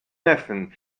neffen